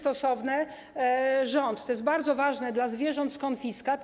To jest bardzo ważne dla zwierząt z konfiskat.